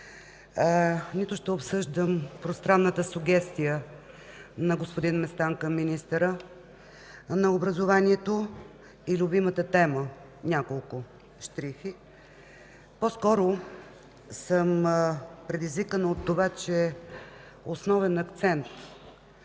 нито ще обсъждам пространната сугестия на господин Местан към министъра на образованието и любимата тема в няколко щрихи. По-скоро съм предизвикана от това, че основен акцент